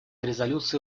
резолюции